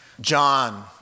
John